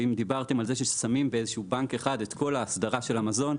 ואם דיברתם על זה ששמים באיזשהו בנק אחד את כל האדרה של המזון,